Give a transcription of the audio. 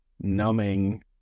numbing